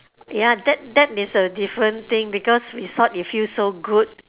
ya that that is a different thing because we thought you feel so good